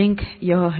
link यह है